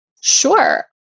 Sure